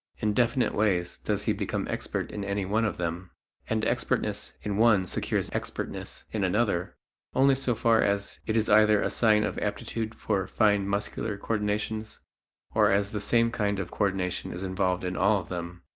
in definite ways does he become expert in any one of them and expertness in one secures expertness in another only so far as it is either a sign of aptitude for fine muscular coordinations or as the same kind of coordination is involved in all of them.